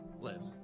live